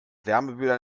wärmebildern